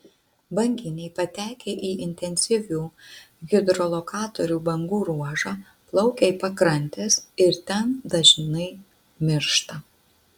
banginiai patekę į intensyvių hidrolokatorių bangų ruožą plaukia į pakrantes ir ten dažnai miršta